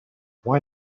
why